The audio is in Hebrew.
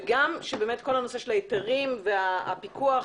ושגם כל הנושא של ההיתרים והפיקוח